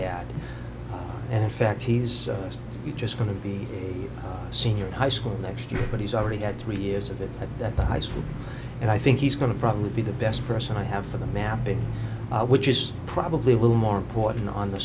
had and in fact he's just going to be a senior in high school next year but he's already had three years of it that the high school and i think he's going to probably be the best person i have for the mapping which is probably a little more important on the